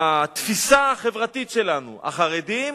מהתפיסה החברתית שלנו: החרדים